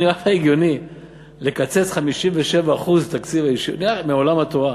זה נשמע לך הגיוני לקצץ 57% בתקציב עולם התורה?